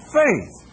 faith